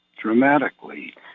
dramatically